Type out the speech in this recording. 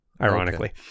ironically